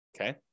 okay